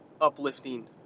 uplifting